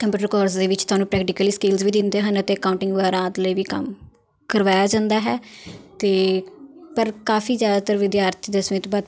computer course ਦੇ ਵਿੱਚ ਤੁਹਾਨੂੰ ਪ੍ਰੈਕਟੀਕਲੀ ਸਕਿੱਲਸ ਵੀ ਦਿੰਦੇ ਹਨ ਅਤੇ ਕਾਊਟਿੰਗ ਵਗੈਰਾ ਆਦਿ ਲਈ ਵੀ ਕੰਮ ਕਰਵਾਇਆ ਜਾਂਦਾ ਹੈ ਅਤੇ ਪਰ ਕਾਫੀ ਜ਼ਿਆਦਾਤਰ ਵਿਦਿਆਰਥੀ ਦਸਵੀਂ ਤੋਂ ਬਾਅਦ